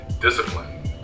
discipline